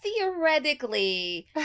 theoretically